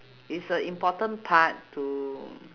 is a important part to